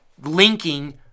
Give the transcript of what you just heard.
linking